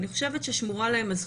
אני חושבת ששמורה להן הזכות.